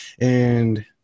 and-